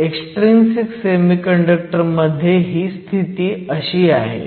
extrinsic semiconductor मध्ये ही स्थिती अशी आहे